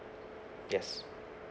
yes